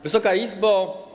Wysoka Izbo!